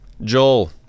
Joel